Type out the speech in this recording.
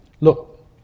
Look